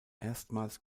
erstmals